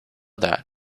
that